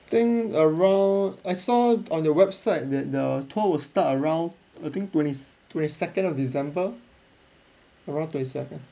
think around I saw on your website that the tour will start around I think twenty twenty second of december around twenty second